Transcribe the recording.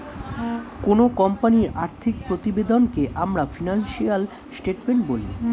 কোনো কোম্পানির আর্থিক প্রতিবেদনকে আমরা ফিনান্সিয়াল স্টেটমেন্ট বলি